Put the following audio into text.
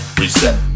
reset